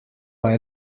lai